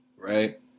Right